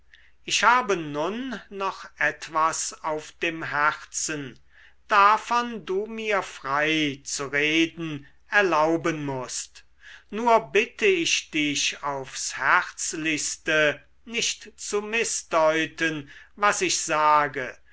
ich habe nun noch etwas auf dem herzen davon du mir frei zu reden erlauben mußt nur bitte ich dich aufs herzlichste nicht zu mißdeuten was ich sage